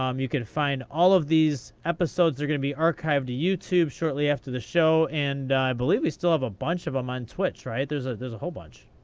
um you can find all of these episodes are going to be archived to youtube shortly after the show, and i believe we still have a bunch of them um on twitch, right? there's ah there's a whole bunch.